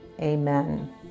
Amen